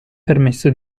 permesso